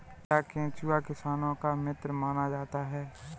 क्या केंचुआ किसानों का मित्र माना जाता है?